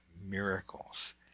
miracles